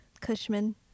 Cushman